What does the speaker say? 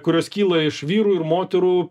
kurios kyla iš vyrų ir moterų